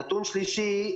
נתון שלישי,